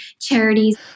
charities